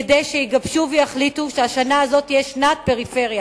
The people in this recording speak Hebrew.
כדי שיגבשו ויחליטו שהשנה הזאת תהיה שנת פריפריה,